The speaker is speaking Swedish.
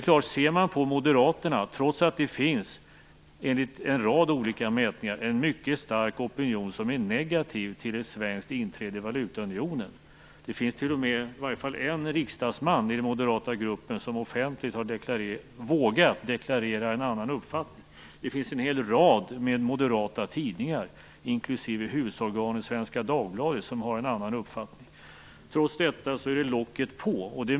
Enligt en rad olika mätningar finns det inom Moderaterna en mycket stark opinion som är negativ till ett svenskt inträde i valutaunionen. Det finns t.o.m. åtminstone en riksdagsman i den moderata gruppen som offentligt har vågat deklarera en annan uppfattning. En hel rad moderata tidningar, inklusive husorganet Svenska Dagbladet, har en annan uppfattning. Trots allt detta är locket på.